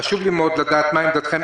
חשוב לי מאוד לדעת מה עמדתכם,